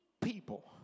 People